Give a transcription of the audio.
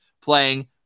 playing